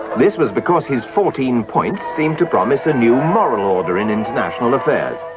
this was because his fourteen points seemed to promise a new moral order in international affairs,